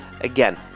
Again